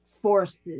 forces